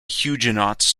huguenots